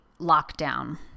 lockdown